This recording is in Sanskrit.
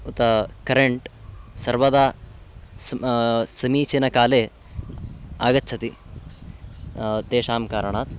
उत करेण्ट् सर्वदा सम समीचीनकाले आगच्छति तेषां कारणात्